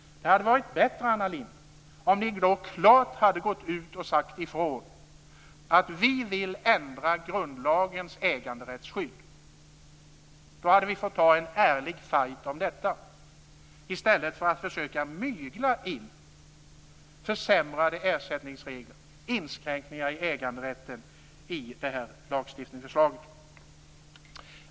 Det hade varit bättre, Anna Lindh, om ni klart hade gått ut och sagt ifrån att ni vill ändra grundlagens äganderättsskydd. Då hade vi fått ta en ärlig fight om detta i stället för att - som ni gör - försöka att mygla in försämrade ersättningsregler och inskränkningar i äganderätten i det här lagstiftningsförslaget.